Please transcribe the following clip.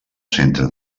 centre